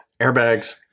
airbags